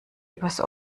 übers